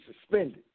suspended